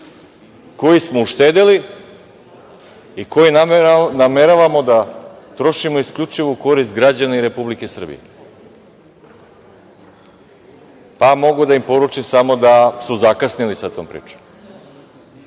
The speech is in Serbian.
koji smo uštedeli i koji nameravamo da trošimo isključivo u korist građana Republike Srbije. Mogu da im poručim samo da su zakasnili sa tom pričom.